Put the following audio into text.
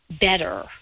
better